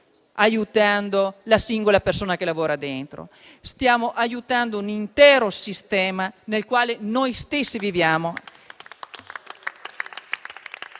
aiutando la singola persona che ci lavora, ma stiamo aiutando un intero sistema, nel quale noi stessi viviamo